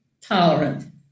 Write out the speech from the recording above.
tolerant